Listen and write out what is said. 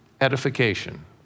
edification